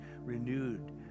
renewed